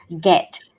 get